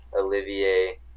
Olivier